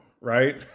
Right